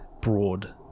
broad